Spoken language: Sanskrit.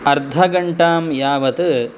अर्धघण्टां यावत्